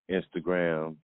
Instagram